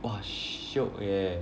!wah! shiok eh